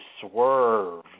swerve